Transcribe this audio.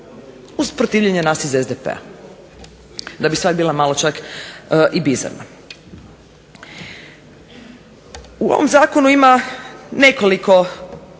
uz protivljenje nas iz SDP-a da bi stvar bila malo čak i bizarna. U ovom zakonu ima nekoliko